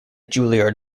juilliard